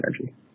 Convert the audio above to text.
energy